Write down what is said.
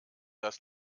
dass